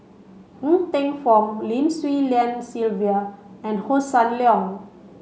Ng Teng Fong Lim Swee Lian Sylvia and Hossan Leong